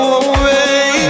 away